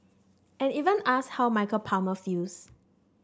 and even asked how Michael Palmer feels